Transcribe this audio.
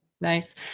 nice